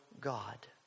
God